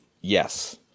yes